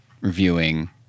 reviewing